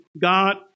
God